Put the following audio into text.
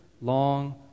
long